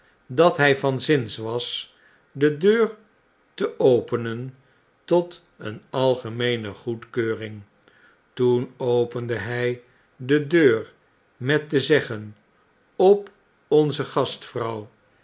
dat hy van zins was de deur te openen tot een algemeene goedkeuring toen opende hij de deur met te zeggen op onze gastvrouw